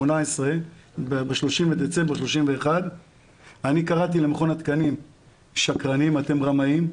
2018 אני קראתי למכון התקנים 'שקרנים, אתם רמאים',